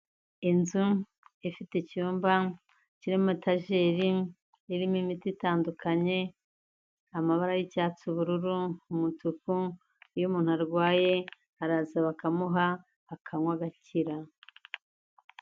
Inzu ifite icyumba kirimo etajeri irimo imiti itandukanye, amabara y'icyatsi, ubururu n'umutuku, iyo umuntu arwaye araza bakamuha akanywa agakira.